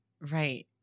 right